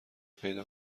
پیدا